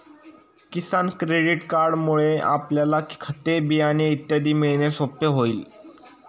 किसान credit कार्डमुळे आपल्याला खते, बियाणे इत्यादी मिळणे सोपे होईल